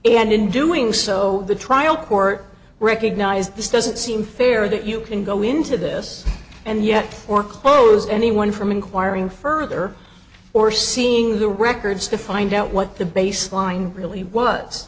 and in doing so the trial court recognized this doesn't seem fair that you can go into this and yet or close anyone from inquiring further or seeing the records to find out what the baseline really w